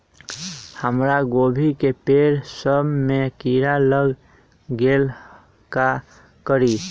हमरा गोभी के पेड़ सब में किरा लग गेल का करी?